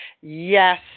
Yes